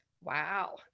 Wow